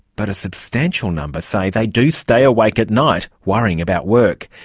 but a substantial number say they do stay awake at night worrying about work.